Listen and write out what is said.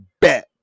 Bet